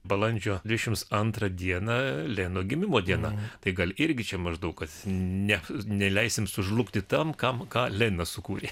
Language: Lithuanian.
balandžio dvidešimt antrą dieną lenino gimimo diena tai gal irgi čia maždaug kad ne neleisime sužlugti tam kam ką leninas sukūrė